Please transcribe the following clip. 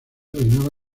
reinaba